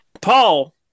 Paul